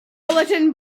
bulletin